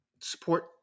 support